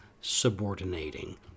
subordinating